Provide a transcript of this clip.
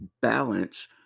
balance